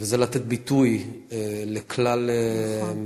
וזה לתת ביטוי לכלל, נכון.